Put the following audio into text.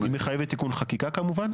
מחייבת תיקון חקיקה כמובן.